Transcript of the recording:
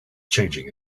changing